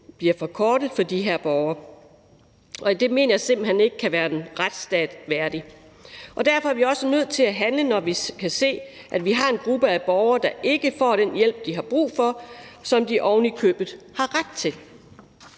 bliver forkortet for de her borgere. Og det mener jeg simpelt hen ikke kan være en retsstat værdigt. Derfor er vi også nødt til at handle, når vi kan se, at vi har en gruppe af borgere, der ikke får den hjælp, de har brug for, og som de ovenikøbet har ret til.